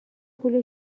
پول